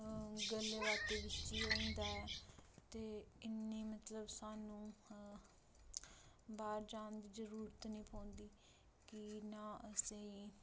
गल्लें बातें बिच्च ही होई जंदा ऐ ते इन्नी मतलब सानूं बाह्र जान दी जरूरत नी पौंदी कि नां असेंई